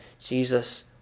Jesus